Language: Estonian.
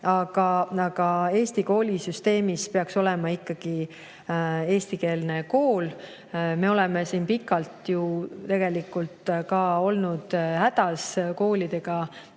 aga Eesti koolisüsteemis peaks olema ikkagi eestikeelne kool. Me oleme siin pikalt ju tegelikult ka olnud hädas koolidega,